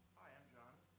i'm jon.